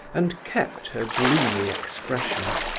and kept her gloomy expression.